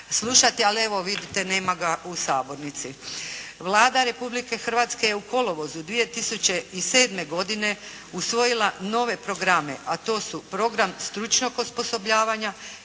slušati ali evo vidite nema ga u sabornici. Vlada Republike Hrvatske je u kolovozu 2007. godine usvojila nove programe, a to su program stručnog osposobljavanja